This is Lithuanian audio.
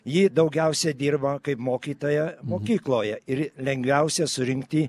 ji daugiausiai dirba kaip mokytoja mokykloje ir lengviausia surinkti